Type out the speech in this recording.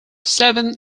seven